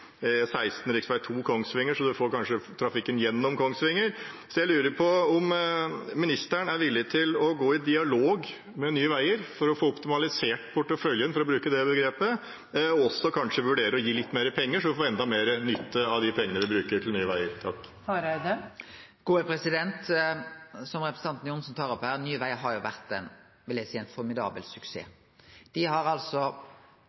får man kanskje trafikken gjennom Kongsvinger. Jeg lurer på om ministeren er villig til å gå i dialog med Nye Veier for å få optimalisert porteføljen, for å bruke det begrepet, og kanskje også vurdere å gi litt mer penger, så vi får enda mer nytte av de pengene vi bruker på Nye Veier. Som representanten Johnsen tar opp her: Nye Vegar har